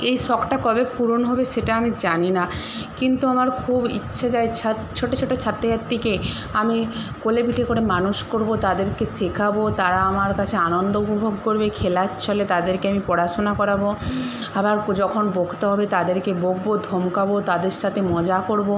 এই শখটা কবে পূরণ হবে সেটা আমি জানি না কিন্তু আমার খুব ইচ্ছে যায় ছাত ছোট ছোট ছাত্রছাত্রীকে আমি কোলে পিঠে করে মানুষ করব তাদেরকে শেখাবো তারা আমার কাছে আনন্দ উপভোগ করবে খেলাচ্ছলে তাদেরকে আমি পড়াশোনা করাবো আবার যখন বকতে হবে তাদেরকে বকবো ধমকাবো তাদের সাথে মজা করব